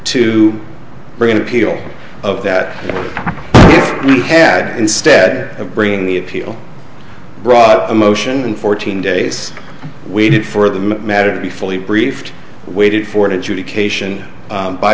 to bring an appeal of that had instead of bringing the appeal brought a motion in fourteen days waited for the matter to be fully briefed waited for education